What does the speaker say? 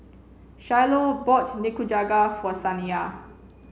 Shiloh bought Nikujaga for Saniya